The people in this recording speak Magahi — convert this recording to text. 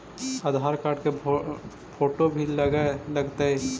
आधार कार्ड के फोटो भी लग तै?